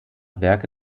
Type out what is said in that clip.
werke